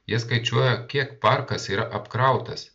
jie skaičiuoja kiek parkas yra apkrautas